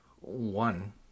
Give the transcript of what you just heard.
one